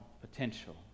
potential